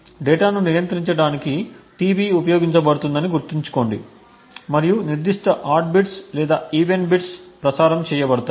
డేటాను నియంత్రించడానికి tB ఉపయోగించబడుతుందని గుర్తుంచుకోండి మరియు నిర్దిష్ట ఆడ్ బిట్స్ లేదా ఈవెన్ బిట్స్ ప్రసారం చేయబడతాయి